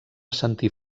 sentir